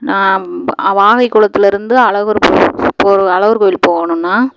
நாம் வா வாகைகுளத்திலருந்து அழகர் கோயிலுக்கு போகிற அழகர் கோவில் போகணும்ணா